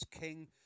king